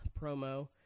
promo